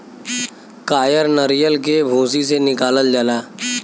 कायर नरीयल के भूसी से निकालल जाला